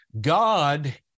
God